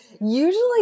usually